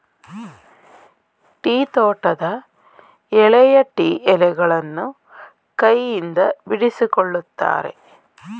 tea ತೋಟದ ಎಳೆಯ tea ಎಲೆಗಳನ್ನು ಕೈಯಿಂದ ಬಿಡಿಸಿಕೊಳ್ಳುತ್ತಾರೆ